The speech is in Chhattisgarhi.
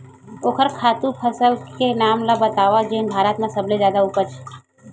ओखर खातु फसल के नाम ला बतावव जेन भारत मा सबले जादा उपज?